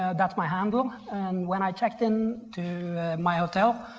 ah that's my handle and when i checked in to my hotel,